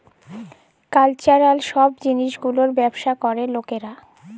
cultural সব জিলিস গুলার ব্যবসা ক্যরে লকরা